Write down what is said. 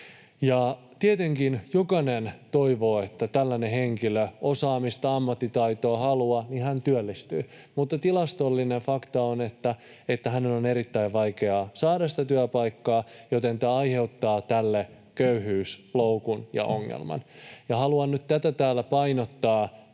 Tietenkin jokainen toivoo, että tällainen henkilö — osaamista, ammattitaitoa, halua — työllistyy, mutta tilastollinen fakta on, että hänen on erittäin vaikeaa saada työpaikkaa, joten tämä aiheuttaa hänelle köyhyysloukun ja ongelman. Haluan nyt täällä painottaa